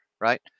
right